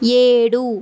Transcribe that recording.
ఏడు